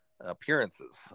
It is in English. appearances